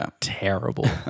terrible